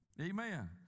Amen